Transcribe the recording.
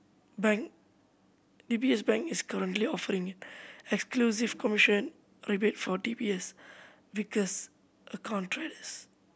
bank D B S Bank is currently offering exclusive commission rebate for D B S Vickers account traders